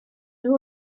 nhw